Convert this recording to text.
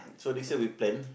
so this year we plan